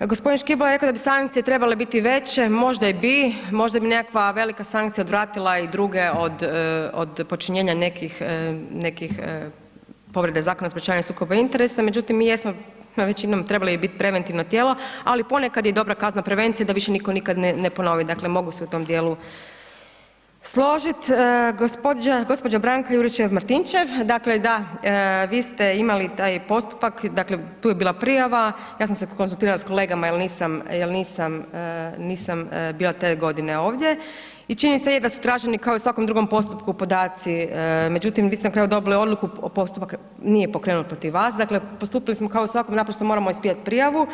g. Škibola je rekao da bi sankcije trebale biti veće, možda i bi, možda bi nekakva velika sankcija odvratila i druge od počinjenja nekih povrede zakona i sprječavanja sukoba interesa, međutim, mi jesno većinom trebali bit preventivno tijelo, ali ponekad je i dobra kazna prevencije da više nitko nikad ne ponovi, dakle, mogu se u tom dijelu složit. gđa. Branka Juričev-Martinčev, dakle da, vi ste imali taj postupak, dakle, tu je bila prijava, ja sam se konzultirala s kolegama jel nisam, jel nisam, nisam bila te godine ovdje i činjenica je da su traženi kao i u svakom drugom postupku podaci, međutim, vi ste na kraju dobili odluku, postupak nije pokrenut protiv vas, dakle, postupili smo kao i u svakom, naprosto moramo ispunit prijavu.